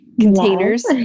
containers